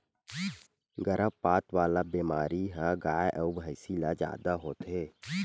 गरभपात वाला बेमारी ह गाय अउ भइसी ल जादा होथे